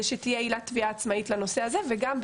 שתהיה עילה תביעה עצמאית לנושא הזה וגם,